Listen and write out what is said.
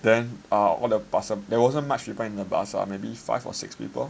then uh all the passer there wasn't much people in the bus lah maybe like five or six people